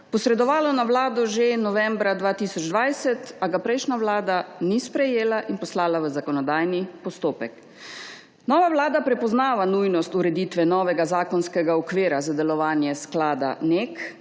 posredovalo na Vlado že novembra 2020, a ga prejšnja vlada ni sprejela in poslala v zakonodajni postopek. Nova vlada prepoznava nujnost ureditve novega zakonskega okvira za delovanje sklada NEK,